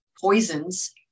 poisons